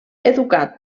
educat